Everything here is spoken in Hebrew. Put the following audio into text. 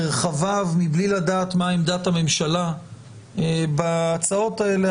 מרחביו מבלי לדעת מהי עמדת הממשלה בהצעות האלה,